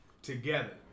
Together